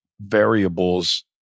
variables